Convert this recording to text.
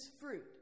fruit